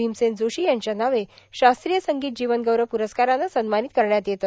भीमसेन जोशी यांच्या नावे शास्त्रीय संगीत जीवनगौरव पुरस्काराने सन्मानित करण्यात येते